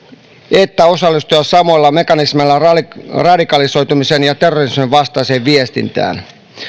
että osallistua samoilla mekanismeilla radikalisoitumisen ja terrorismin vastaiseen viestintään